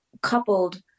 coupled